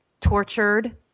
tortured